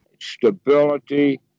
stability